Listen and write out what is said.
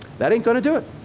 that ain't gonna do it.